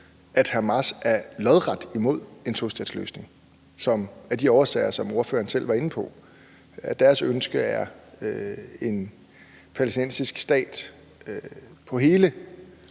at Hamas er lodret imod en tostatsløsning af de årsager, som ordføreren selv var inde på. Deres ønske er en palæstinensisk stat på hele